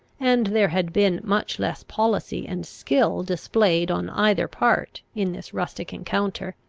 and there had been much less policy and skill displayed on either part in this rustic encounter,